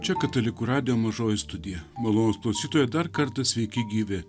čia katalikų radijo mažoji studija malonūs klausytojai dar kartą sveiki gyvi